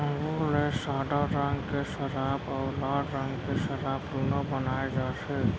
अंगुर ले सादा रंग के सराब अउ लाल रंग के सराब दुनो बनाए जाथे